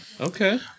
Okay